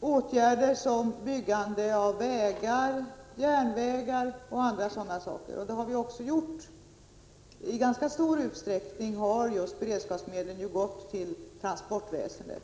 åtgärder som byggande av vägar och järnvägar. Det har vi också gjort. I ganska stor utsträckning har just beredskapsmedlen gått till transportväsendet.